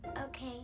Okay